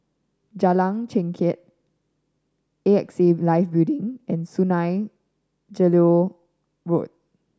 Jalan Chengkek A X A Life Building and Sungei Gedong Road